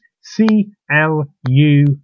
C-L-U